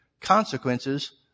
Consequences